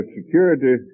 security